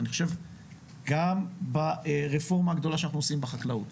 אני חושב גם ברפורמה הגדולה שאנחנו עושים בחקלאות,